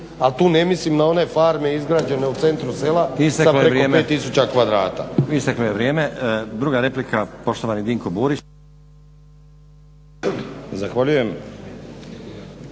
a tu ne mislim na one farme izgrađene u centru sela sa preko 5000 kvadrata.